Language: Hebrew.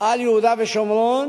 על יהודה ושומרון,